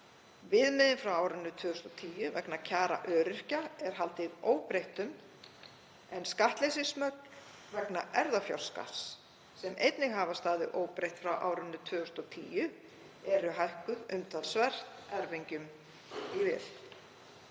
Viðmiðum frá árinu 2010 vegna kjara öryrkja er haldið óbreyttum en skattleysismörk vegna erfðafjárskatts, sem einnig hafa staðið óbreytt frá árinu 2010, eru hækkuð umtalsvert erfingjum í vil.